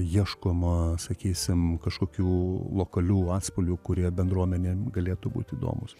ieškoma sakysim kažkokių lokalių atspalvių kurie bendruomenėm galėtų būti įdomūs